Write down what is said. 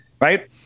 Right